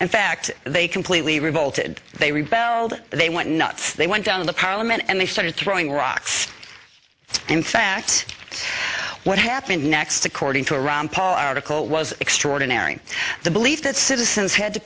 and fact they completely revolted they rebelled they went nuts they went down in the parliament and they started throwing rocks in fact what happened next according to a ron paul article was extraordinary the belief that citizens had to